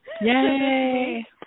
Yay